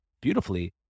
Beautifully